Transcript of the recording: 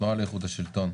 נציג התנועה לאיכות השלטון,